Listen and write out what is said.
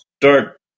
start